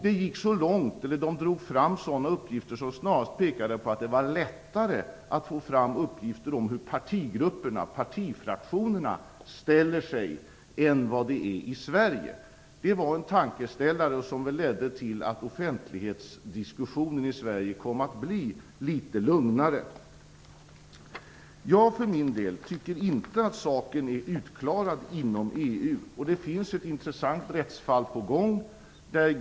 De drog fram sådana uppgifter som snarast pekade på att det där var lättare att få fram uppgifter om hur partigrupperna, partifraktionerna, ställer sig än vad det är i Sverige. Det var en tankeställare, som ledde till att offentlighetsdiskussionen i Sverige kom att bli litet lugnare. Jag tycker för min del inte att saken är utklarad inom EU, och det finns ett intressant rättsfall på gång.